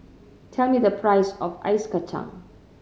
tell me the price of ice kacang